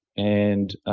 and